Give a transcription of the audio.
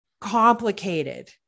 complicated